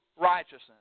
righteousness